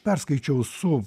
perskaičiau su